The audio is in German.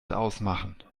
ausmachen